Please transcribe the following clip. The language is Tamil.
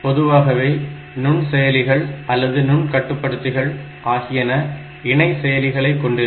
பொதுவாகவே நுண்செயலிகள் அல்லது நுண்கட்டுப்படுத்திகள் ஆகியன இணை செயலிகளை கொண்டிருக்கும்